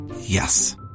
Yes